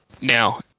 Now